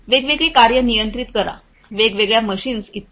वेगवेगळी कार्ये नियंत्रित करा वेगवेगळ्या मशीन्स इत्यादी